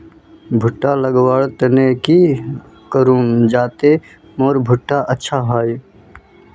भुट्टा लगवार तने की करूम जाते मोर भुट्टा अच्छा हाई?